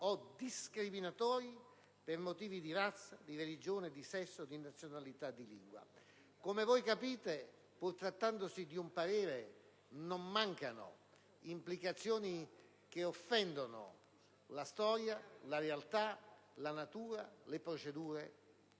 discriminatori per motivi di razza, di religione, di sesso, di nazionalità, di lingua». Come voi capite, pur trattandosi di un parere, non mancano implicazioni che offendono la storia, la realtà, la natura e le procedure